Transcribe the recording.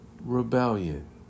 rebellion